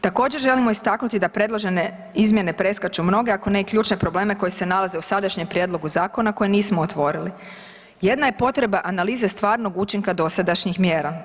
Također, želimo istaknuti da predložene izmjene preskaču mnoge, ako ne i ključne probleme koji se nalaze u sadašnjem prijedlogu zakona koje nismo otvorili. jedna je potreba analiza stvarnog učinka dosadašnjih mjera.